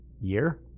year